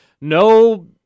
No